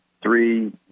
Three